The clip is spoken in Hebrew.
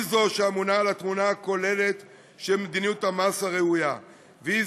היא זו שאמונה על התמונה הכוללת של מדיניות המס הראויה והיא